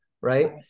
right